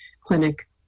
clinic